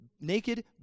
naked